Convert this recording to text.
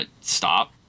stop